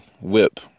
whip